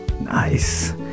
Nice